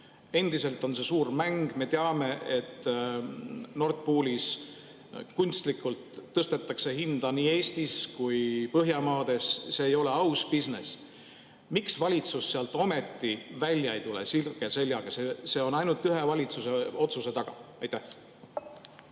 Endiselt on see suur mäng. Me teame, et Nord Poolis kunstlikult tõstetakse hinda nii Eestis kui ka Põhjamaades, see ei ole aus bisnis. Miks valitsus sealt ometi välja ei tule, sirge seljaga? See on ainult valitsuse ühe otsuse taga. Aitäh,